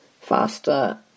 faster